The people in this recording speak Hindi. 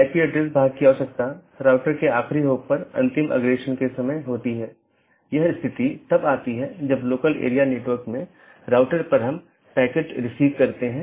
इसलिए पड़ोसियों की एक जोड़ी अलग अलग दिनों में आम तौर पर सीधे साझा किए गए नेटवर्क को सूचना सीधे साझा करती है